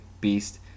Beast